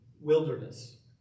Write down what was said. wilderness